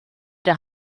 der